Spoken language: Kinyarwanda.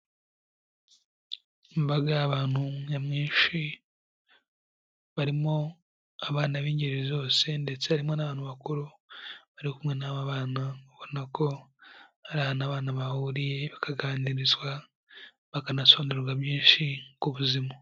Imbaga y'abantu nyamwinshi barimo abana b'ingeri zose, ndetse harimo n'abantu bakuru bari kumwe n'aba bana ubona ko hari ahantu abana bahuriye bakaganirizwa bakanasobanurirwa byinshi ku buzima.